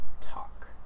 talk